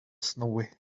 snowy